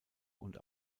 und